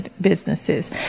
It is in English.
businesses